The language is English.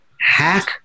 hack